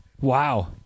wow